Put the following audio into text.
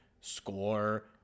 score